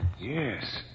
Yes